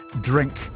Drink